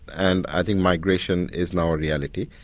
and i think migration is now a reality.